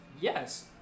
Yes